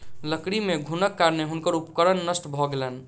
लकड़ी मे घुनक कारणेँ हुनकर उपकरण नष्ट भ गेलैन